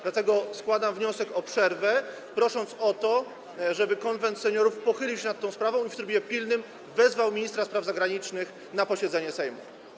Dlatego składam wniosek o przerwę, prosząc o to, żeby Konwent Seniorów pochylił się nad tą sprawą i w trybie pilnym wezwał ministra spraw zagranicznych na posiedzenie Sejmu.